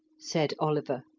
said oliver.